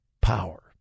power